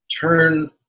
turn